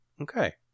Okay